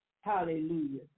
Hallelujah